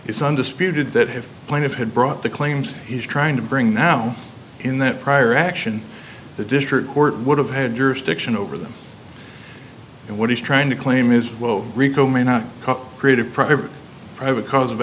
it's undisputed that have plenty of had brought the claims he's trying to bring now in that prior action the district court would have had jurisdiction over them and what he's trying to claim is rico may not create a private private cause of